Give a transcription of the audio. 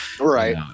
right